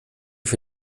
für